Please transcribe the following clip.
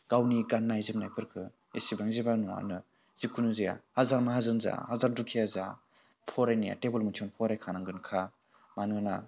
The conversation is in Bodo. गावनि गाननाय जोमनायफोरखौ एसेबां जेबो नुवानो जिकुनु जाया हाजार माहाजोन जा हाजार दुखिया जा फरायनाया टेबोल मोनसेयावनो फरायखानांगोन खा मानोना